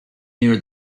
near